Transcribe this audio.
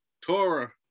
Torah